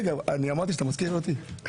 אני אמרתי שאתה מזכיר לי אותי.